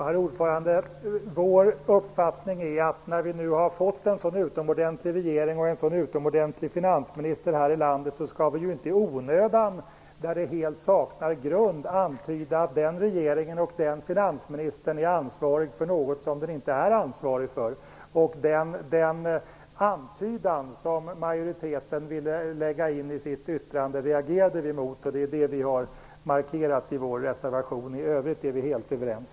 Herr talman! Vår uppfattning är att vi, när vi nu här i landet har fått en sådan utomordentlig regering och en sådan utomordentlig finansminister, inte i onödan, när grund för detta helt saknas, skall antyda att den regeringen och den finansministern har ansvar för något som de inte har ansvaret för. Den antydan som utskottsmajoriteten ville lägga in i sitt yttrande reagerade vi emot, och det är det vi har markerat i vår reservation. I övrigt är vi helt överens.